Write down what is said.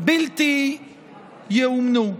שלא ייאמנו.